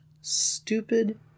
stupid